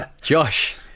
Josh